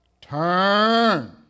turn